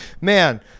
Man